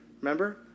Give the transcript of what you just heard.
Remember